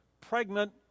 pregnant